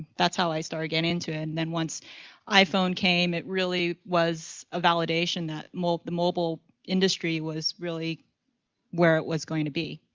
that's how i started getting into it. and then once iphone came, it really was a validation that the mobile industry was really where it was going to be.